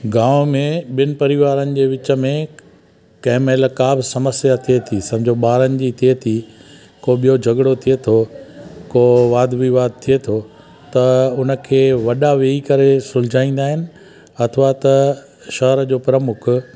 गांव में ॿिन परिवारनि जे विच में कंहिं महिल का बि समस्या थिए थी सम्झो ॿारनि जी थिए थी को ॿियो झगिड़ो थिए थो को वाद विवाद थिए थो त उनखे वॾा वेही करे सुलझाईंदा आहिनि अथवा त शहर जो प्रमुख